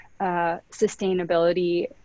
sustainability